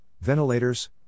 ventilators